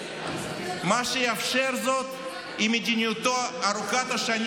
"מה שיאפשר זאת היא מדיניותו ארוכת השנים